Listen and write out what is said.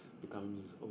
becomes